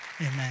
Amen